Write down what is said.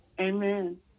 Amen